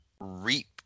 reap